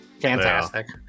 Fantastic